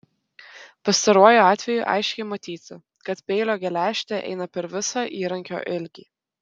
pastaruoju atveju aiškiai matyti kad peilio geležtė eina per visą įrankio ilgį